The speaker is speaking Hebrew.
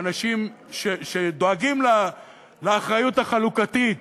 אנשים שדואגים לאחריות החלוקתית